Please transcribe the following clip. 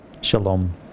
shalom